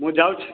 ମୁଁ ଯାଉଛି